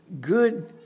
good